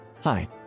Hi